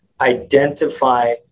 identify